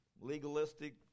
legalistic